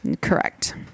correct